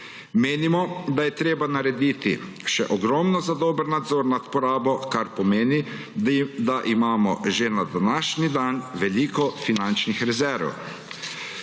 Menimo, da je treba še ogromno narediti za dober nadzor nad porabo, kar pomeni, da imamo že na današnji dan veliko finančnih rezerv.